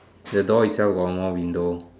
the door itself got one more window